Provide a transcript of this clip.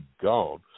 gone